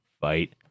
fight